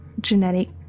genetic